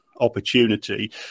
opportunity